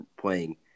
playing